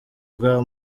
bwa